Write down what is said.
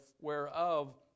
whereof